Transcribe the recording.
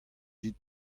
dit